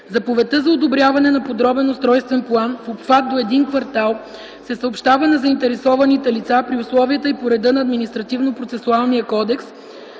Заповедта за одобряване на подробен устройствен план в обхват до един квартал се съобщава на заинтересуваните лица при условията и по реда на Административнопроцесуалния кодекс,